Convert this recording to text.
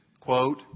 quote